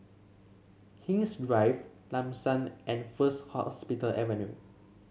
King's Drive Lam San and First Hospital Avenue